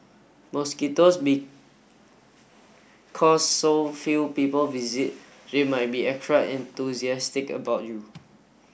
mosquitoes because so few people visit they might be extra enthusiastic about you